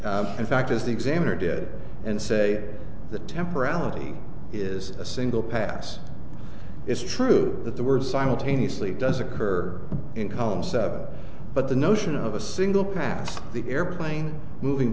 in fact as the examiner did and say the temporality is a single pass it's true that the word simultaneously does occur in column seven but the notion of a single past the airplane moving